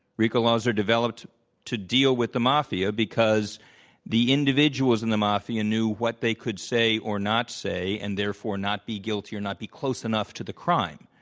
rico laws are developed to deal with the mafia because the individuals in the mafia knew what they could say or not say, and therefore not be guilty or not be close enough to the crime.